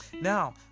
Now